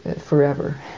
forever